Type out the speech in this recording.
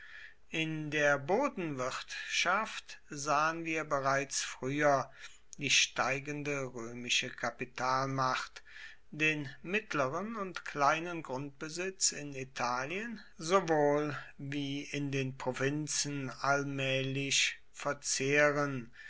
in der bodenwirtschaft sahen wir bereits früher die steigende römische kapitalmacht den mittleren und kleinen grundbesitz in italien sowohl wie in den provinzen allmählich verzehren